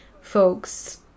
folks